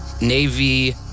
Navy